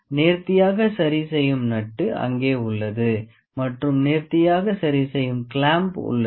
நேர்த்தியாக சரி செய்யும் நட்டு அங்கே உள்ளது மற்றும் நேர்த்தியாக சரி செய்யும் கிளாம்ப் உள்ளது